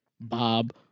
Bob